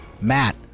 Matt